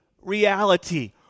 reality